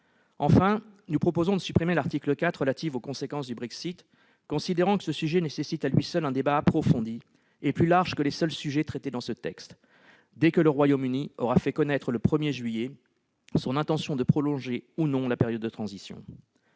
Enfin, nous proposons de supprimer l'article 4 relatif aux conséquences du Brexit, considérant que ce sujet nécessite à lui seul un débat approfondi et plus large que les seuls sujets abordés dans ce texte, dès que le Royaume-Uni aura fait connaître, le 1 juillet prochain, son intention de prolonger ou non la période de transition.